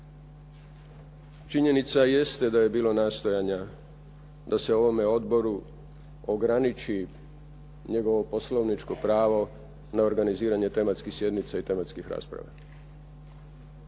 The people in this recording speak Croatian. Činjenica jeste da je bilo nastojanja da se ovome odboru ograniči njegovo poslovničko pravo na organiziranje tematskih sjednica i tematskih rasprava.